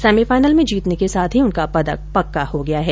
semifinal में जीतने को साथ ही उनका पदक पक्का हो गया है